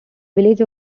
village